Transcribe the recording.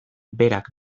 berak